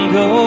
go